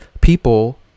people